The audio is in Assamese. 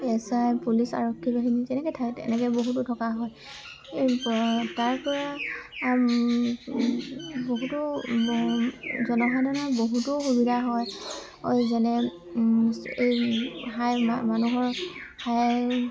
এছ আই পুলিচ আৰক্ষীবাহিনী যেনেকৈ ঠাইত এনেকৈ বহুতো থকা হয় তাৰপৰা বহুতো জনসাধাৰণৰ বহুতো সুবিধা হয় যেনে এই সেই মানুহৰ হাই